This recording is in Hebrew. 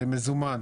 למזומן,